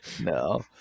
no